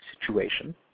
situation